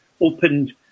opened